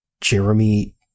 Jeremy